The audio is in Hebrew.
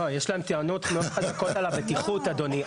לא, יש להם טענות מאוד חזקות על הבטיחות, אדוני.